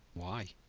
why?